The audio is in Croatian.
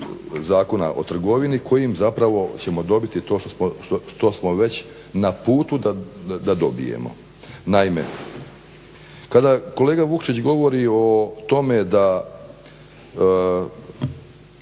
Zakona o trgovini kojim zapravo ćemo dobiti to što smo već na putu da dobijemo. Naime, kada kolega Vukšić govori o tome da